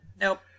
Nope